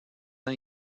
ans